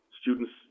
students